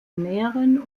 näheren